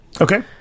Okay